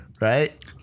right